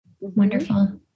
Wonderful